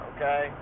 Okay